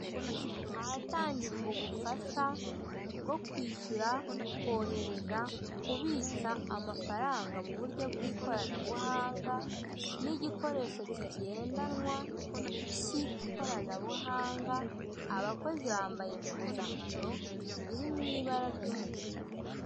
Ahatangirwa ubufasha bwo kwishyura kwohereza kubitsa amafaranga mu buryo bw'ikoranabuhanga n'igikoresho kigendanwa cy'ikoranabuhanga abakozi bambaye umpuzankano ziri mw'ibara ry'umuhondo.